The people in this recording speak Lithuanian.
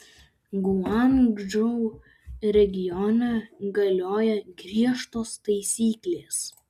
guangdžou regione galioja griežtos taisyklės